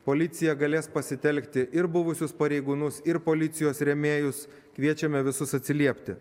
policija galės pasitelkti ir buvusius pareigūnus ir policijos rėmėjus kviečiame visus atsiliepti